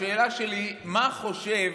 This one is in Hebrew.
השאלה שלי היא מה חושב